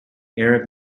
arab